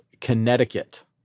Connecticut